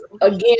again